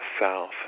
south